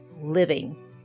living